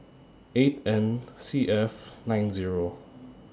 eight N C F nine Zero